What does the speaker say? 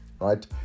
right